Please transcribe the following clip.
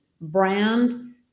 brand